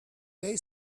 they